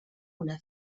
una